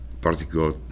particular